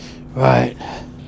Right